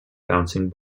bouncing